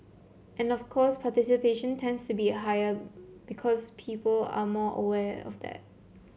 and of course participation tends to be higher because people are more aware of that